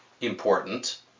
important